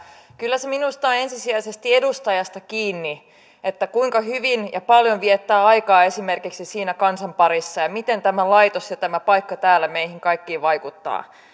kyllä se minusta on ensisijaisesti edustajasta kiinni kuinka hyvin ja paljon viettää aikaa esimerkiksi siinä kansan parissa ja ja miten tämä laitos ja tämä paikka täällä meihin kaikkiin vaikuttaa